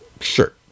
sure